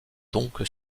donc